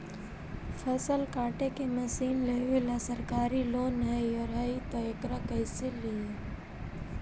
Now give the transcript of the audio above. फसल काटे के मशीन लेबेला सरकारी लोन हई और हई त एकरा कैसे लियै?